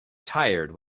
tired